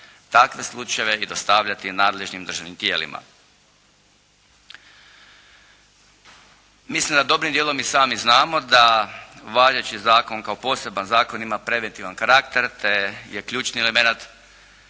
takve slučajeve i dostavljati nadležnim državnim tijelima. Mislim da dobrim dijelom i sami znamo da važeći zakon kao poseban zakon ima preventivan karakter te je ključni elemenat